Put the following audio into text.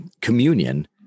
communion